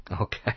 Okay